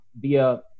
via